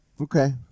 Okay